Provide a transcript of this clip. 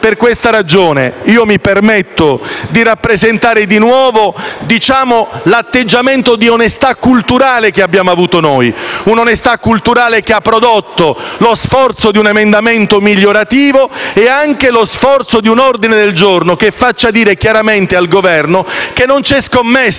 Per questa ragione, mi permetto di rappresentare di nuovo l'atteggiamento di onestà culturale che abbiamo avuto noi; un'onestà culturale che ha prodotto lo sforzo di un emendamento migliorativo e anche lo sforzo di un ordine del giorno che faccia dire chiaramente al Governo che non c'è scommessa